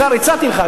הצעתי לך,